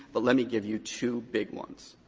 but let me give you two big ones.